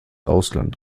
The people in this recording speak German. ausland